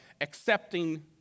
accepting